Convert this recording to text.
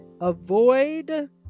Avoid